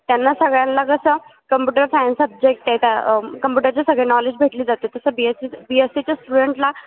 त्यांना सगळ्यांना कसं कंप्युटर सायन्स सब्जेक्ट आहे तर कंप्युटरचे सगळे नॉलेज भेटली जाते तसं B S C B S सीच्या स्टुडंटला